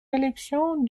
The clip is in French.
élections